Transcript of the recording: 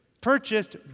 purchased